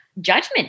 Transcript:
judgment